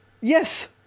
Yes